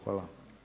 Hvala.